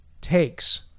takes